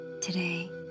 Today